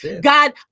God